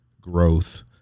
growth